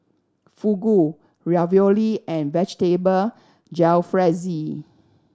Fugu Ravioli and Vegetable Jalfrezi